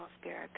spirit